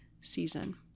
season